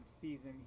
season